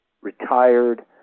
retired